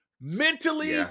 mentally